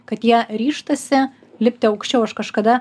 kad jie ryžtasi lipti aukščiau aš kažkada